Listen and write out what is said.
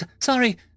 Sorry